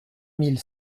mille